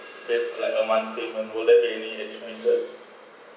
late like a months late would that be any additional interest